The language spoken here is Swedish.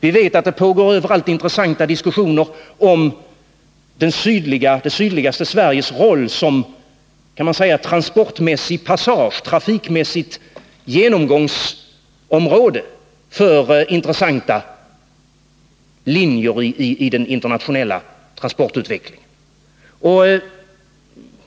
Vi vet att det överallt pågår intressanta diskussioner om sydligaste Sveriges roll som s.k. transportmässig passage, eller trafikmässigt genomgångsområde, för intressanta linjer i den internationella transportutveckling en.